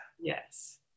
Yes